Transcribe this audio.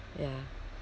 ya